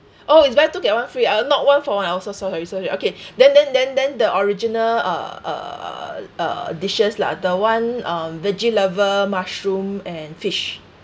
oh it's buy two get one free ah not one for one uh so sorry sorry okay then then then then the original uh uh uh uh uh dishes lah the one um veggie lover mushroom and fish